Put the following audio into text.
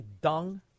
dung